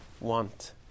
want